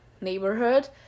neighborhood